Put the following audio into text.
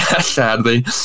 sadly